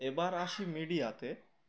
এবার আসি মিডিয়াতে